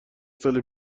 سال